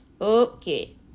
Okay